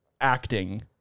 acting